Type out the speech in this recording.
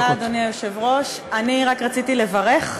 אדוני היושב-ראש, תודה, אני רק רציתי לברך.